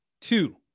Two